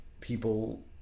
people